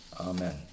Amen